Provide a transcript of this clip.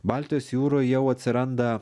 baltijos jūroj jau atsiranda